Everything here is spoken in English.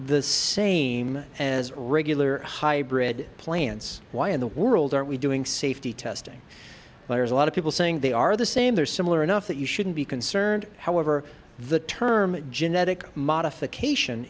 the same as regular hybrid plants why in the world are we doing safety testing well as a lot of people saying they are the same they're similar enough that you shouldn't be concerned however the term genetic modification